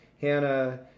Hannah